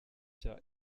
cya